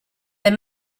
they